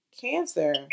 cancer